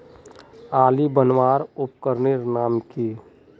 आली बनवार उपकरनेर नाम की?